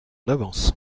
avance